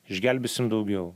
išgelbėsim daugiau